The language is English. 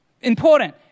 Important